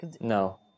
no